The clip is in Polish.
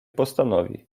postanowi